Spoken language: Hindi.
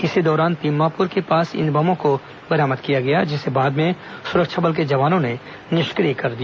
इसी दौरान तिम्मापुर के पास इन बमों को बरामद किया गया जिसे बाद में सुरक्षा बल के जवानों ने निष्क्रिय कर दिया